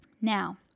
Now